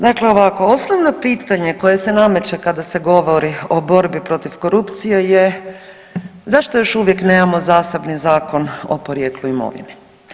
Dakle ovako, osnovno pitanje koje se nameće kada se govori o borbi protiv korupcije je zašto još uvijek nemamo zasebni Zakon o porijeklu imovine?